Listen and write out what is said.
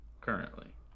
currently